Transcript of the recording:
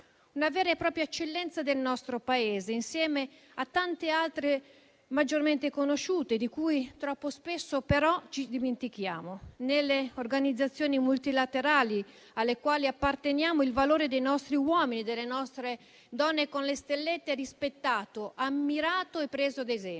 una vera e propria eccellenza del nostro Paese, insieme a tante altre maggiormente conosciute di cui troppo spesso però ci dimentichiamo. Nelle organizzazioni multilaterali alle quali apparteniamo, il valore dei nostri uomini e delle nostre donne con le stellette è rispettato, ammirato e preso ad esempio.